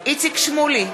איציק שמולי,